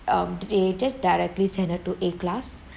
um they just directly send her to A class